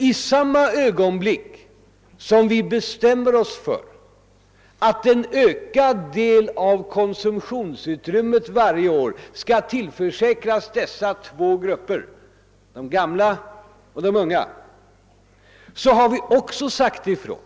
I samma ögonblick som vi bestämmer oss för att en ökad del av konsumtionsutrymmet varje år skall tillförsäkras dessa två grupper — de gamla och de unga — har vi sagt ifrån